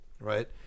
Right